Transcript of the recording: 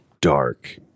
dark